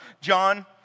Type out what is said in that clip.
John